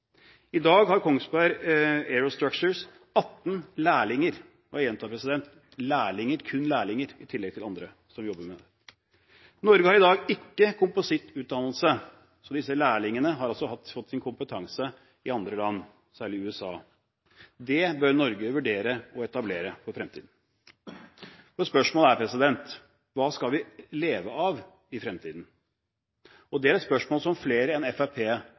I dag har Kongsberg Aerostructures 18 lærlinger – jeg gjentar: lærlinger – i tillegg til andre som jobber med dette. Norge har i dag ikke komposittutdannelse, derfor har disse lærlingene fått sin kompetanse i andre land, særlig i USA. Det bør Norge vurdere å etablere i fremtiden. Spørsmålet er: Hva skal vi leve av i fremtiden? Det er et spørsmål som flere enn